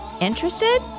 Interested